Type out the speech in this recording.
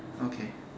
okay